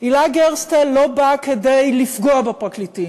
הילה גרסטל לא באה כדי לפגוע בפרקליטים.